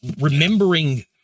remembering